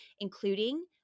including